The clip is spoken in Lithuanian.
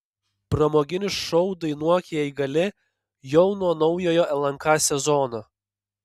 pramoginis šou dainuok jei gali jau nuo naujojo lnk sezono